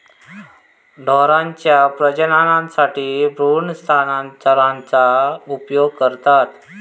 ढोरांच्या प्रजननासाठी भ्रूण स्थानांतरणाचा उपयोग करतत